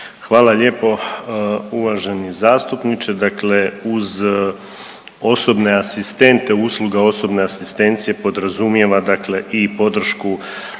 Hvala lijepo. Uvaženi zastupniče, dakle uz osobne asistente, usluga osobne asistencije podrazumijeva dakle i podršku